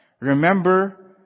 Remember